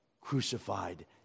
crucified